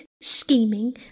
scheming